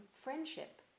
friendship